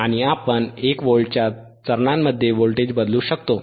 आणि आपण 1 व्होल्टच्या चरणांमध्ये व्होल्टेज बदलू शकतो